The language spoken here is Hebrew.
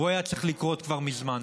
וזה היה צריך לקרות כבר מזמן.